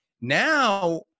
Now